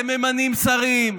אתם ממנים שרים.